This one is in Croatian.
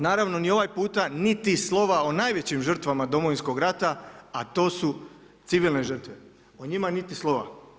Naravno ni ovaj puta niti slova o najvećim žrtvama Domovinskog rata a to su civilne žrtve, o njima niti slova.